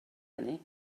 hynny